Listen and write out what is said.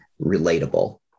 relatable